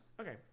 Okay